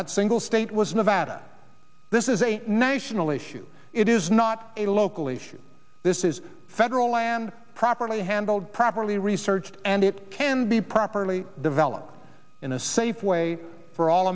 that single state was nevada this is a national issue it is not a local issue this is federal land properly handled properly researched and it can be properly developed in a safe way for all